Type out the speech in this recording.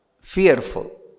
fearful